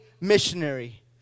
missionary